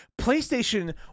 PlayStation